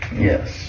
Yes